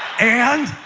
and